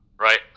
Right